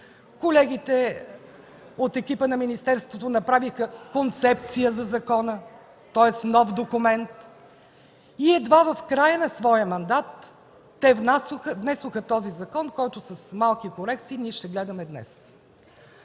колегите от екипа на министерството направиха концепция за закона, тоест нов документ, и едва в края на своя мандат те внесоха този закон, който с малки корекции ние ще гледаме днес.